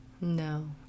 No